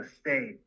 State